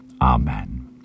Amen